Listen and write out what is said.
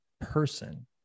person